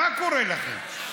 מה קורה לכם?